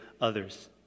others